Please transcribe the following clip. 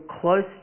close